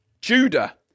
Judah